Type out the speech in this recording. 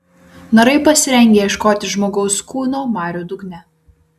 narai pasirengę ieškoti žmogaus kūno marių dugne